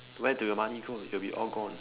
where do your money go it will be all gone